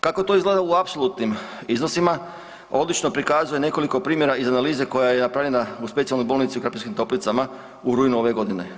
Kako to izgleda u apsolutnim iznosima odlično prikazuje nekoliko primjera iz analize koja je napravljena u Specijalnoj bolnici u Krapinskim Toplicama u rujnu ove godine.